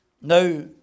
Now